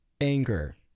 anger